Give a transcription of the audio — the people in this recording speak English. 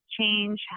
change